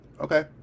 Okay